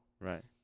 Right